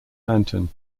lantern